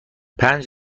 پنج